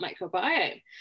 microbiome